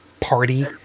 party